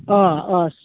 अ अ